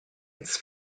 its